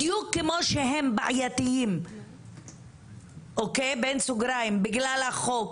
בדיוק כמו שהם בעייתיים (בגלל החוק)